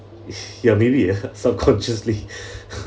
ya maybe leh subconsciously